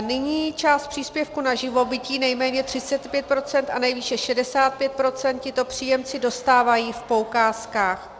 Nyní část příspěvku na živobytí, nejméně 35 % a nejvýše 65 %, tito příjemci dostávají v poukázkách.